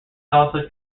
also